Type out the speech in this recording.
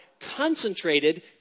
concentrated